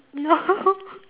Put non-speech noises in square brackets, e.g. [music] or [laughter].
no [laughs]